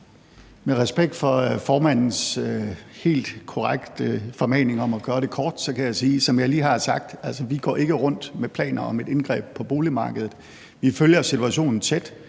Med respekt for formandens helt korrekte formaning om at gøre det kort, kan jeg sige det, som jeg lige har sagt, nemlig at vi ikke går rundt med planer om et indgreb på boligmarkedet. Vi følger situationen tæt,